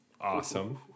awesome